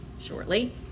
shortly